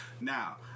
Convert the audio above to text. Now